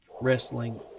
wrestling